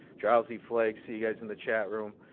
drowsy flake, see you guys in the chat room.